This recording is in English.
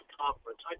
conference